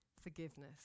forgiveness